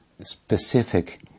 specific